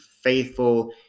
faithful